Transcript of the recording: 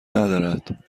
ندارد